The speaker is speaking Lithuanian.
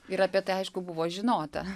ir apie tai aišku buvo žinota